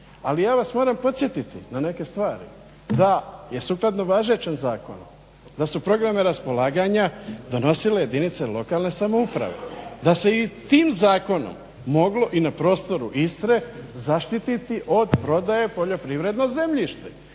ali ja vas moram podsjetiti na neke stvari. Da je sukladno važećem zakonu, da su programe raspolaganja donosile jedinice lokalne samouprave, da se je tim zakonom moglo i na prostoru Istre zaštiti od prodaje poljoprivredno zemljište.